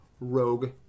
Rogue